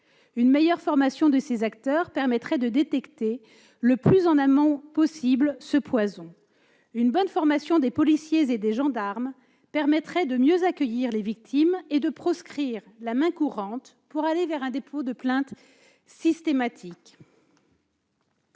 Une meilleure formation de ces acteurs permettrait de détecter, le plus en amont possible, ce poison. Une bonne formation des policiers et des gendarmes permettrait de mieux accueillir les victimes et de proscrire la main courante pour favoriser un dépôt de plainte systématique.